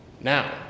Now